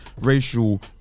racial